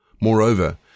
Moreover